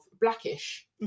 Blackish